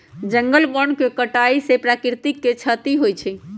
जंगल वन के कटाइ से प्राकृतिक के छति होइ छइ